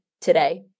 today